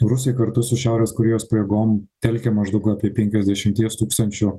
rusija kartu su šiaurės korėjos pajėgom telkia maždaug apie penkiasdešimties tūkstančių